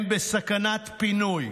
הם בסכנת פינוי.